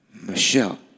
Michelle